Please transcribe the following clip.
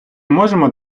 можемо